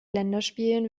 länderspielen